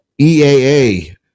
EAA